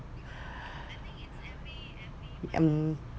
mm